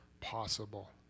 possible